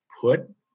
put